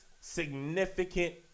significant